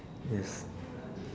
yes